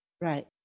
Right